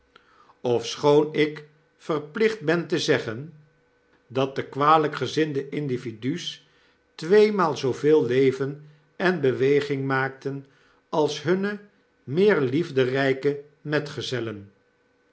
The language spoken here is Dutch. ofschoon ik verplicht ben te zeggen dat de kwalyk gezinde individu's tweemaal zooveel leven en beweging maakten als hunne meer liefderpe metgezellen